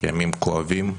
ימים כואבים,